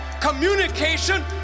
communication